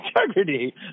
integrity